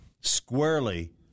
squarely